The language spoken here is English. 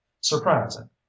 surprising